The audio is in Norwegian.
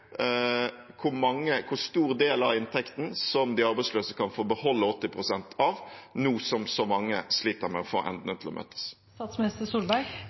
hvor stor del av inntekten de arbeidsløse kan få beholde 80 pst. av, nå som så mange sliter med å få endene til å